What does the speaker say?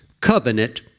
covenant